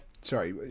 sorry